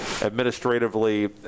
administratively